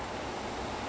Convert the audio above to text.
so like